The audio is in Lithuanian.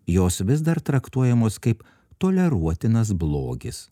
jos vis dar traktuojamos kaip toleruotinas blogis